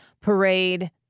parade